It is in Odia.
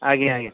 ଆଜ୍ଞା ଆଜ୍ଞା